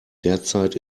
derzeit